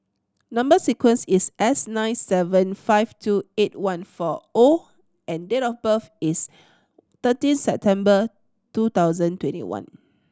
number sequence is S nine seven five two eight one four O and date of birth is thirteen September two thousand twenty one